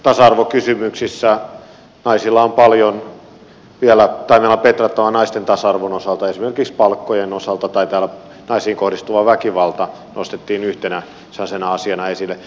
tasa arvokysymyksissä meillä on petrattavaa naisten tasa arvon osalta esimerkiksi palkkojen osalta ja täällä naisiin kohdistuva väkivalta nostettiin yhtenä sellaisena asiana esille